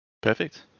Perfect